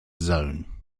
zone